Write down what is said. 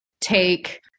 take